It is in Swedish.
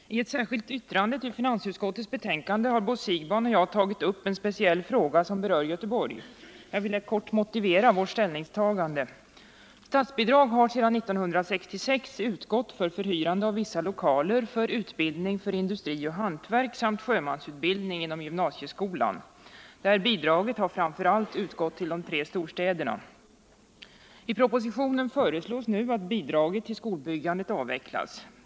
Herr talman! I ett särskilt yttrande till finansutskottets betänkande har Bo Siegbahn och jag tagit upp en speciell fråga som berör Göteborg. Jag vill här kort motivera vårt ställningstagande. Statsbidrag har sedan 1966 utgått till förhyrande av vissa lokaler för utbildning för industri och hantverk samt sjömansutbildning inom gymna sieskolan. Detta bidrag har framför allt utgått till de tre storstäderna. I propositionen föreslås nu att bidraget till skolbyggandet avvecklas.